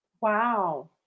Wow